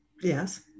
Yes